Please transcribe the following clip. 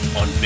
on